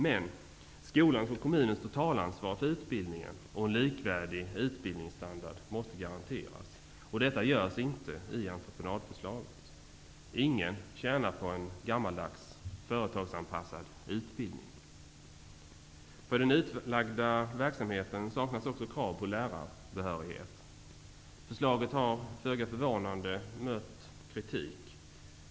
Men skolans och kommunens totalansvar för utbildningen och en likvärdig utbildningsstandard måste garanteras. Detta görs inte i entreprenadförslaget. Ingen tjänar på en gammaldags företagsanpassad utbildning. För den utlagda verksamheten saknas också krav på lärarbehörighet. Förslaget har, föga förvånande, mött kritik.